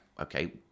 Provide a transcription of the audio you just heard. okay